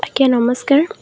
ଆଜ୍ଞା ନମସ୍କାର